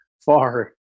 far